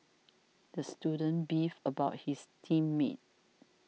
the student beefed about his team mates